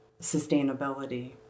sustainability